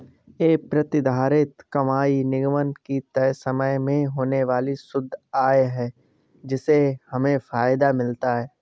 ये प्रतिधारित कमाई निगम की तय समय में होने वाली शुद्ध आय है जिससे हमें फायदा मिलता है